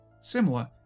similar